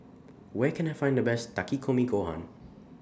Where Can I Find The Best Takikomi Gohan